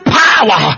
power